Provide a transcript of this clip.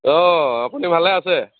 অঁ আপুনি ভালে আছে